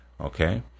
Okay